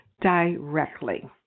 directly